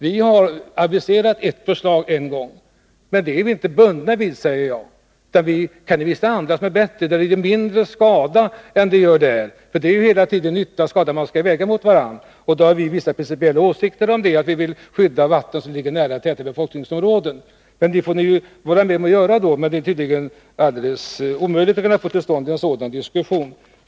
Vi har aviserat ett förslag en gång, men jag säger att vi inte är bundna vid det förslaget. Det kan finnas andra förslag som är bättre, enligt vilka en utbyggnad gör mindre skada. Det är hela tiden nytta och skada som skall vägas mot varandra. Vi socialdemokrater har vissa principiella åsikter om att vi vill skydda vatten som ligger nära tätbebyggda befolkningsområden. Det är tydligen helt omöjligt att få till stånd en sådan här diskussion.